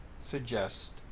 suggest